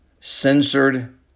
censored